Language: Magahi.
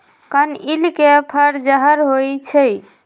कनइल के फर जहर होइ छइ